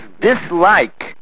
dislike